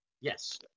Yes